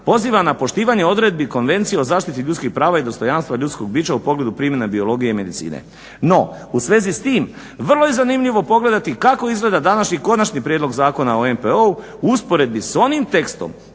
poziva na poštivanje odredbi Konvencije o zaštiti ljudskih prava i dostojanstva ljudskog bića u pogledu primjene biologije i medicine. No u svezi s tim vrlo je zanimljivo pogledati kako izgleda današnji konačni prijedlog zakona o MPO-u u usporedbi s onim tekstom